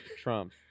Trump